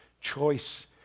choice